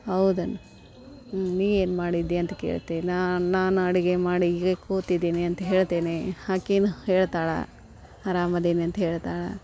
ಹೌದೇನ್ ಹ್ಞೂ ನೀನು ಏನು ಮಾಡಿದೆ ಅಂತ ಕೇಳ್ತೇನೆ ನಾನು ಅಡುಗೆ ಮಾಡಿ ಹೀಗೆ ಕೂತಿದ್ದೀನಿ ಅಂತ ಹೇಳ್ತೇನೆ ಆಕಿನು ಹೇಳ್ತಾಳೆ ಅರಾಮ ಇದೀನಿ ಅಂತ ಹೇಳ್ತಾಳೆ